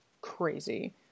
crazy